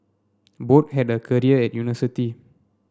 both had a career at university